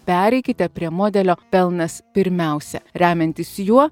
pereikite prie modelio pelnas pirmiausia remiantis juo